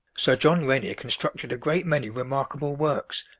sir john rennie constructed a great many remarkable works,